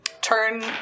turn